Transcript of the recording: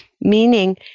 meaning